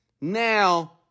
now